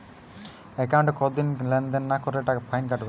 একাউন্টে কতদিন লেনদেন না করলে ফাইন কাটবে?